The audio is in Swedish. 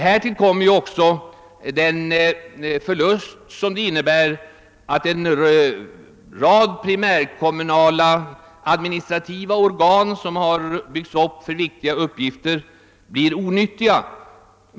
Härtill kommer den förlust som det innebär att en rad primärkommunala administrativa organ som har byggts upp för viktiga uppgifter blir onyttiga.